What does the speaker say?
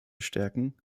stärken